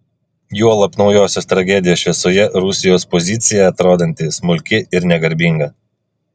juolab naujosios tragedijos šviesoje rusijos pozicija atrodanti smulki ir negarbinga